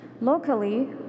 Locally